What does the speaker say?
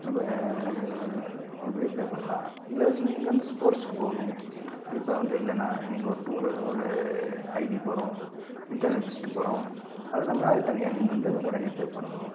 நம்ம இப்படியே பே பண்ணலாம் இல்லை நீங்கள் வந்து ஸ்போர்ட்ஸுக்கு போகணும் இப்போ வந்து இல்லைன்னா நீங்கள் ஒரு டூரு ஒரு ஐவி போகிறோம் இன்டர்னல் விசிட்டு போகிறோம் அதுனோம்னால் அது தனியாக நீங்கள் வந்து உடனே பே பண்ணணும்